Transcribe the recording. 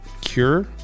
cure